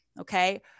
Okay